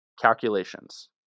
Calculations